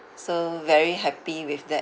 so very happy with that